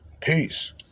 Peace